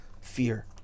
fear